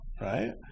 right